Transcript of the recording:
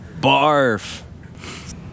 Barf